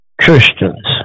Christians